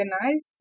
organized